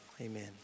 amen